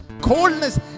coldness